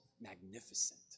magnificent